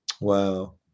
wow